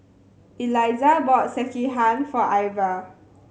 Eliza bought Sekihan for Ivah